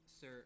Sir